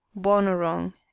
Bonorong